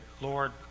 Lord